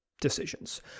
decisions